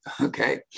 okay